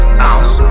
bounce